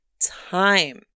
time